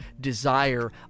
desire